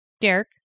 Derek